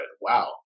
wow